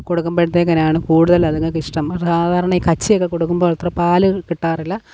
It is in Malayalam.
കൊടുക്കുമ്പോഴത്തെക്കിനാണ് കൂടുതൽ അതുങ്ങള്ക്ക് ഇഷ്ടം സാധാരണ ഈ കച്ചിയൊക്കെ കൊടുക്കുമ്പോൾ അത്ര പാല് കിട്ടാറില്ല